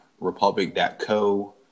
Republic.co